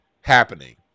happening